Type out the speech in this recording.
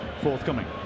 forthcoming